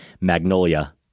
Magnolia